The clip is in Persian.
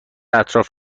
اطراف